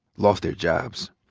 lost their jobs.